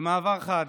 במעבר חד: